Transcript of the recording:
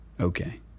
Okay